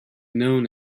known